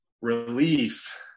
relief